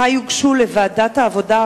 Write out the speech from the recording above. מתי יוגשו לוועדת העבודה,